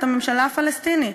את הממשלה הפלסטינית,